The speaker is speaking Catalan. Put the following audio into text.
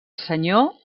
senyor